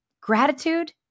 gratitude